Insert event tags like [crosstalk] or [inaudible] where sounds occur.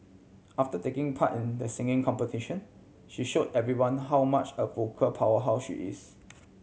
after taking part in [unintelligible] the singing competition she show everyone how much of a vocal powerhouse she is